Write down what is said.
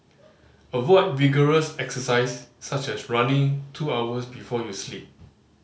avoid vigorous exercise such as running two hours before you sleep